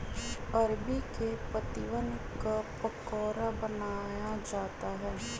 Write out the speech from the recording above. अरबी के पत्तिवन क पकोड़ा बनाया जाता है